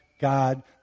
God